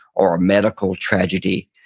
or a medical tragedy,